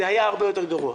זה היה הרבה יותר גרוע.